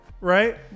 Right